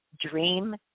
dream